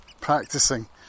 practicing